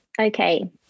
Okay